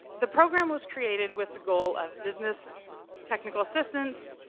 the program was created with the goal of business technical assistance,